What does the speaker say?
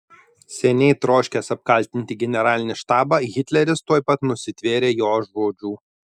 seniai troškęs apkaltinti generalinį štabą hitleris tuoj pat nusitvėrė jo žodžių